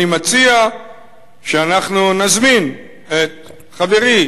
אני מציע שאנחנו נזמין את חברי